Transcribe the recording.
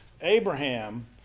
Abraham